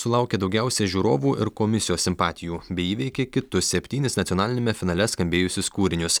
sulaukė daugiausiai žiūrovų ir komisijos simpatijų bei įveikė kitus septynis nacionaliniame finale skambėjusius kūrinius